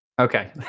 Okay